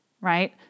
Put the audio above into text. Right